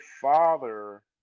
father